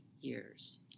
years